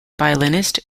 violinist